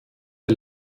der